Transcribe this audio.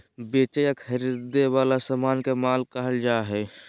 बेचे और खरीदे वला समान के माल कहल जा हइ